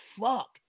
fuck